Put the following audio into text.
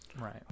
right